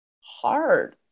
hard